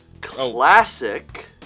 classic